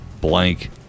blank